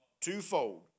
Twofold